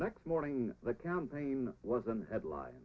next morning the campaign wasn't headline